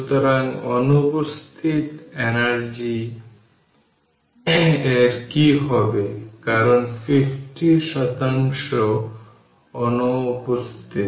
সুতরাং অনুপস্থিত এনার্জি এর কি হবে কারণ 50 শতাংশ অনুপস্থিত